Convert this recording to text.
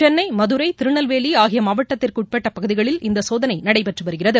சென்னை மதுரை திருநெல்வேலி ஆகிய மாவட்டத்திற்கு உட்பட்ட பகுதிகளில் இந்த சோதனை நடைபெற்று வருகிறது